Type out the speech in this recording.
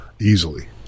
easily